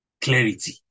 clarity